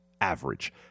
average